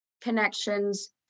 connections